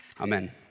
amen